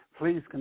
Please